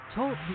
Talk